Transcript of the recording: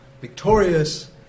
victorious